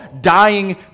dying